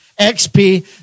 XP